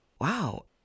Wow